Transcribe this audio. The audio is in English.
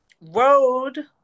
road